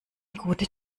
gute